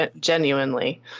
genuinely